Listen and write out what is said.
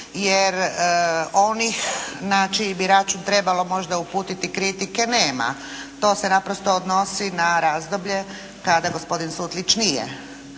jer oni na čiji bi račun možda trebalo uputiti kritike nema. To se naprosto odnosi na razdoblje kada gospodin Sutlić nije